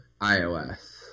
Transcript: iOS